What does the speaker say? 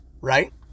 right